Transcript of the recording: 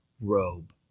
robe